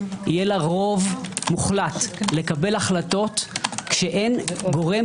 יהיה לה רוב מוחלט לקבל החלטות כשאין גורם